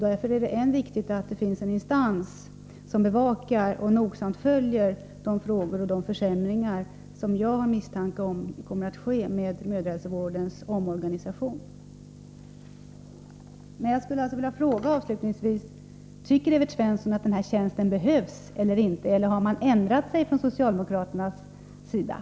Därför är det än mer viktigt att det finns en instans som bevakar och nogsamt följer de försämringar som jag misstänker kommer att ske. Avslutningsvis vill jag alltså fråga: Tycker Evert Svensson att den här tjänsten behövs, eller har man ändrat sig på socialdemokratiskt håll?